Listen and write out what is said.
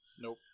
Nope